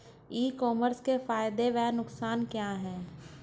E commerce के फायदे एवं नुकसान क्या हैं?